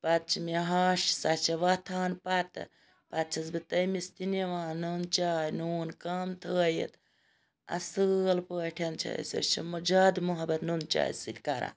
پَتہٕ چھِ مےٚ ہَش سۄ چھِ وۄتھان پَتہٕ پَتہٕ چھَس بہٕ تٔمِس تہِ نِوان نُن چاے نوٗن کَم تھٲیِتھ اَصیل پٲٹھۍ چھِ أسۍ أسۍ چھِ زیادٕ محبَت نُن چاے سۭتۍ کَران